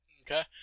Okay